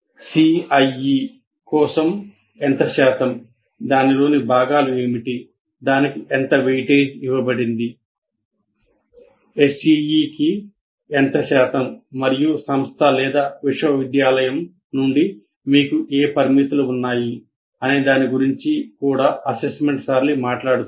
CIE కోసం ఎంత శాతం దానిలోని భాగాలు ఏమిటి దానికి ఎంత వెయిటేజ్ ఇవ్వబడింది SEE కి ఎంత శాతం మరియు సంస్థ లేదా విశ్వవిద్యాలయం నుండి మీకు ఏ పరిమితులు ఉన్నాయి అనే దాని గురించి కూడా అసెస్మెంట్ సరళి మాట్లాడుతుంది